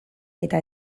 eta